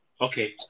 Okay